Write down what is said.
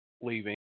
leaving